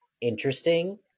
interesting